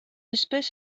espèce